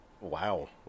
Wow